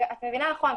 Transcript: את מבינה נכון.